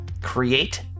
create